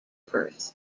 birth